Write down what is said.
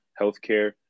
healthcare